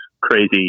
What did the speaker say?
crazy